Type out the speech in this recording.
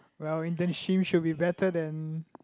well internship should be better than